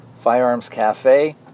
firearmscafe